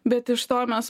bet iš to mes